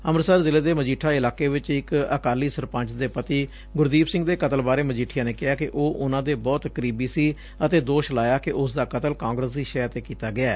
ਅੰਮਿਤਸਰ ਜ਼ਿਲੇ ਦੇ ਮਜੀਠਾ ਇਲਾਕੇ ਚ ਇਕ ਅਕਾਲੀ ਸਰਪੰਚ ਦੇ ਪਤੀ ਗੁਰਦੀਪ ਸਿੰਘ ਦੇ ਕਤਲ ਬਾਰੇ ਮਜੀਠੀਆ ਨੇ ਕਿਹਾ ਕਿ ਉਹ ਉਨ੍ਹਾਂ ਦੇ ਬਹੁਤ ਕਰੀਬੀ ਸੀ ਅਤੇ ਦੋਸ਼ ਲਾਇਆ ਕਿ ਉਸ ਦਾ ਕਤਲ ਕਾਗਰਸ ਦੀ ਸ਼ਹਿ ਤੇ ਕੀਤਾ ਗਿਐ